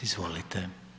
Izvolite.